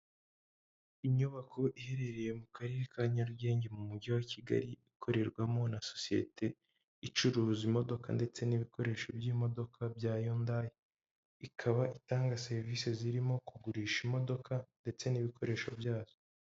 Inyubako iherereye mu karere ka Nyarugenge mu mujyi wa Kigali, ikorerwamo na sosiyete icuruza imodoka ndetse n'ibikoresho by'imodoka bya yundayi, ikaba itanga serivisi zirimo kugurisha imodoka ndetse n'ibikoresho byazo.